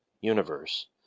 universe